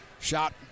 Shot